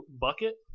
bucket